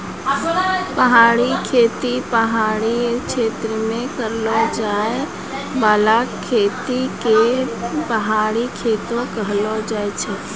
पहाड़ी खेती पहाड़ी क्षेत्र मे करलो जाय बाला खेती के पहाड़ी खेती कहलो जाय छै